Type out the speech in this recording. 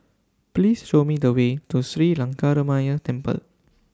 Please Show Me The Way to Sri Lankaramaya Temple